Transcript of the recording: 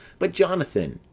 but jonathan,